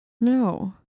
No